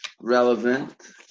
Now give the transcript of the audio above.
relevant